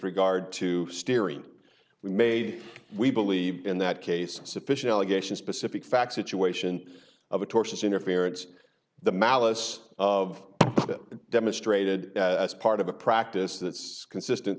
regard to steering we made we believe in that case sufficient allegation specific facts situation of a tortious interference the malice of it demonstrated as part of a practice that's consistent